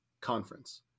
conference